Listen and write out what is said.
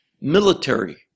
military